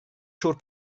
siŵr